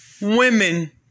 women